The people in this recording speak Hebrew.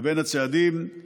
בין הצעדים יש